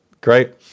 great